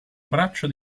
braccio